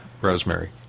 Rosemary